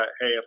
hey